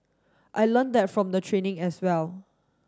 I learnt that from the training as well